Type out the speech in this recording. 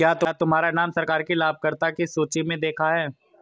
क्या तुम्हारा नाम सरकार की लाभकर्ता की सूचि में देखा है